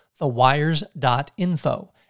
thewires.info